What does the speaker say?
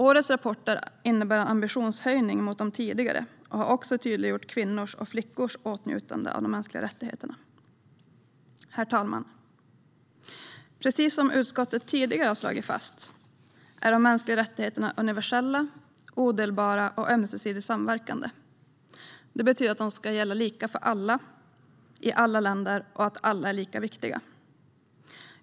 Årets rapporter innebär en ambitionshöjning jämfört med de tidigare och har också tydliggjort kvinnors och flickors åtnjutande av de mänskliga rättigheterna. Herr talman! Precis som utskottet tidigare har slagit fast är de mänskliga rättigheterna universella, odelbara och ömsesidigt samverkande. Det betyder att de ska gälla lika för alla, i alla länder och att alla är lika viktiga.